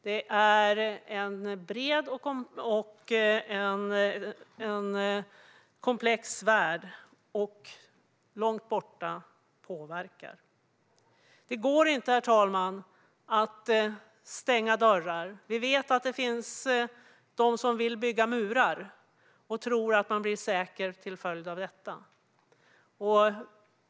Det är en bred och komplex värld, och vad som sker långt borta påverkar oss. Herr talman! Det går inte att stänga dörrar. Vi vet att det finns de som vill bygga murar och tror att man blir säker till följd av det.